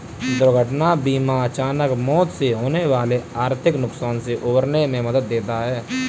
दुर्घटना बीमा अचानक मौत से होने वाले आर्थिक नुकसान से उबरने में मदद देता है